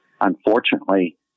unfortunately